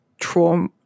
trauma